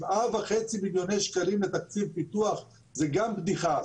7.5 מיליוני שקלים לתקציב פיתוח זה גם בדיחה,